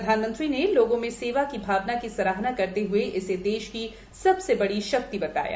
प्रधानमंत्री ने लोगों में सेवा की भावना की सराहना करते ह्ए इसे देश की सबसे बड़ी शक्ति बताया